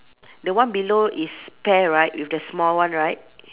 the one below is pear right with the small one right